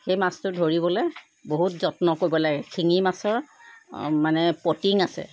সেই মাছটো ধৰিবলৈ বহুত যত্ন কৰিব লাগে শিঙি মাছৰ মানে পটিং আছে